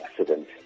accident